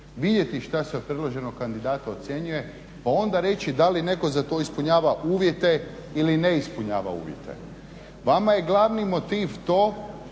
vidjeti šta se o predloženom kandidatu ocjenjuje pa onda reći da li netko za to ispunjava uvjete ili ne ispunjava uvjete. Vama je glavni motiv to